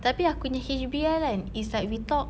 tapi aku punya H_B_L kan it's like we talk